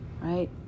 Right